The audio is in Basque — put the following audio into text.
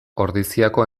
ordiziako